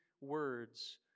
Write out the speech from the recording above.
words